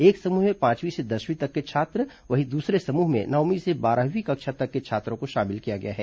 एक समूह में पांचवीं से दसवीं तक के छात्र वहीं दूसरे समूह में नवमीं से बारहवीं तक के छात्रों को शामिल किया गया है